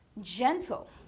Gentle